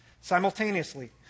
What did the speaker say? simultaneously